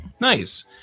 Nice